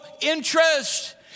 interest